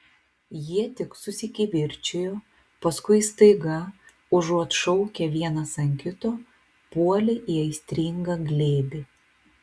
jie tik susikivirčijo paskui staiga užuot šaukę vienas ant kito puolė į aistringą glėbį